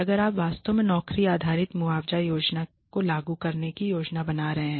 अगर आप वास्तव में नौकरी आधारित मुआवजा योजना को लागू करने की योजना बना रहे हैं